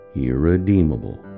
irredeemable